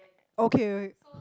okay